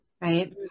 right